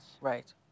Right